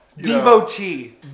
Devotee